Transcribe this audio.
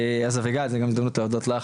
אז אביגיל, זו גם הזדמנות להודות לך,